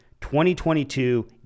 2022